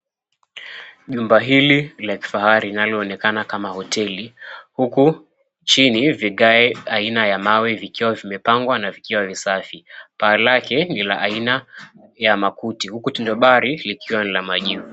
Jumba hili la kifahari linalo onekana kama hoteli, huku chini vigawe aina ya mawe vikiwa vimepangwa na vikiwa visafi paa lake nilaaina ya makuti huku tandabari likiwa ni la mawe.